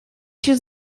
się